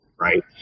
Right